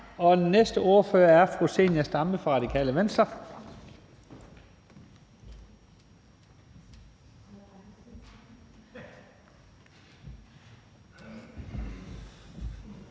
Den næste ordfører er fru Zenia Stampe fra Radikale Venstre.